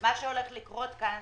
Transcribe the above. מה שהולך לקרות כאן,